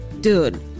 dude